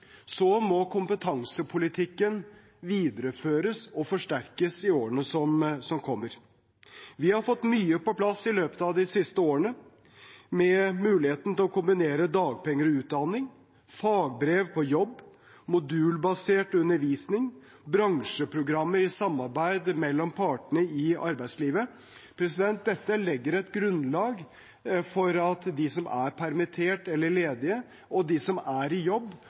må kompetansepolitikken videreføres og forsterkes i årene som kommer. Vi har fått mye på plass i løpet av de siste årene, med muligheten til å kombinere dagpenger og utdanning, fagbrev på jobb, modulbasert undervisning, bransjeprogrammer i samarbeid mellom partene i arbeidslivet. Dette legger et grunnlag for at de som er permittert eller ledig, og de som er i jobb,